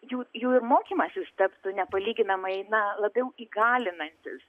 jų jų ir mokymasis taptų nepalyginamai na labiau įgalinantis